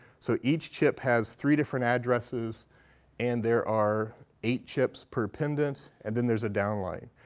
so each chip has three different addresses and there are eight chips per pendant. and then there's a downline.